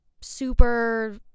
super